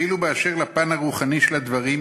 ואילו באשר לפן הרוחני של הדברים,